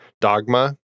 Dogma